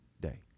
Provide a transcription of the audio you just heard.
day